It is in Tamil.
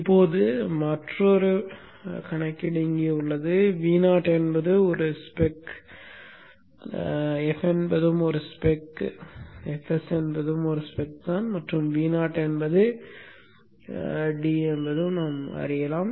இப்போது மற்றொரு சிக்கல் இங்கே உள்ளது Vo என்பது ஒரு ஸ்பெக் f என்பதும் ஒரு ஸ்பெக் f என்பதும் f s என்பதும் ஒரு ஸ்பெக் தான் மற்றும் Vo என்பது d என்பதும் அறியப்படுகிறது